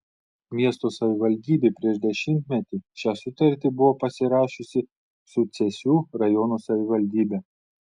miesto savivaldybė prieš dešimtmetį šią sutartį buvo pasirašiusi su cėsių rajono savivaldybe